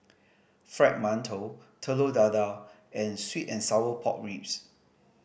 Fried Mantou Telur Dadah and sweet and sour pork ribs